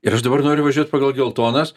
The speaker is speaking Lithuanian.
ir aš dabar noriu važiuot pagal geltonas